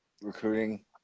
recruiting